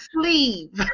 sleeve